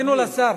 חיכינו לשר.